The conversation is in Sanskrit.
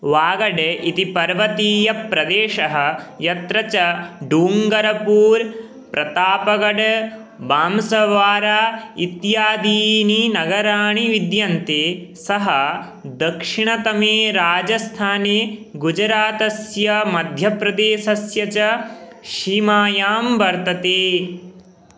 वागडे इति पर्वतीयप्रदेशः यत्र च डूङ्गरपूर् प्रतापगड् बाम्सवारा इत्यादीनि नगराणि विद्यन्ते सः दक्षिणतमे राजस्थाने गुजरातस्य मध्यप्रदेशस्य च सीमायां वर्तते